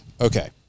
Okay